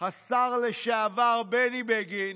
השר לשעבר בני בגין